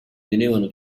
tenevano